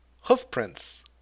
hoofprints